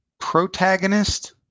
protagonist